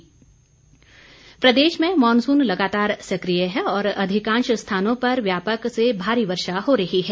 मौसम प्रदेश में मॉनसून लगातार सक्रिय है और अधिकांश स्थानों पर व्यापक से भारी वर्षा हो रही है